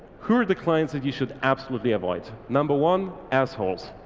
who are the clients that you should absolutely avoid? number one, assholes.